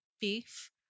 beef